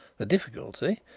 the difficulty,